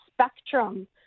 spectrum